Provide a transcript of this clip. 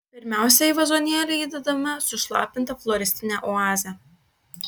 pirmiausia į vazonėlį įdedame sušlapintą floristinę oazę